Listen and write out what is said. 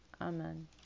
Amen